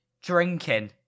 drinking